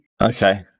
Okay